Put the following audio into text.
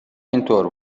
اینطور